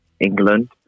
england